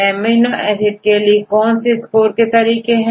amino acid के लिए कौन से स्कोर के तरीके हैं